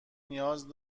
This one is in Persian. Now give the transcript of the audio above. نیاز